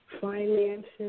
finances